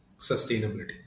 sustainability